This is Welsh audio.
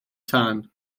tân